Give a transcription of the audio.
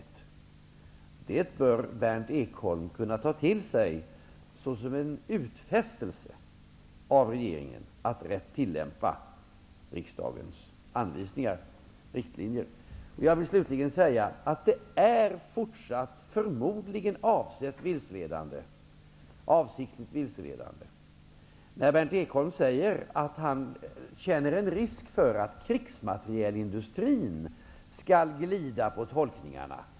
Det bör Berndt Ekholm kunna ta till sig såsom en utfästelse av regeringen att rätt tillämpa riksdagens anvisningar och riktlinjer. Jag vill slutligen säga att det förmodligen är avsiktligt vilseledande när Berndt Ekholm säger att han känner att det finns en risk för att krigsmaterielindustrin skall glida på tolkningarna.